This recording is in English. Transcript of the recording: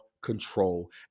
control